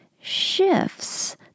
shifts